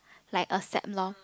like accept lor